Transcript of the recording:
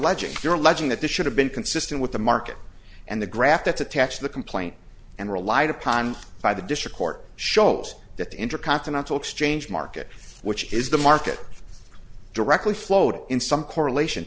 alleging you're alleging that this should have been consistent with the market and the graph that's attached to the complaint and relied upon by the district court shows that the intercontinental exchange market which is the market directly flowed in some correlation